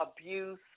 abuse